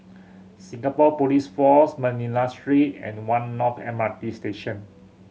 Singapore Police Force Manila Street and One North M R T Station